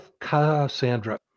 Cassandra